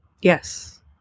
Yes